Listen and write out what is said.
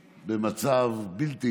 אתי.